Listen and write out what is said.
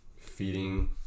feeding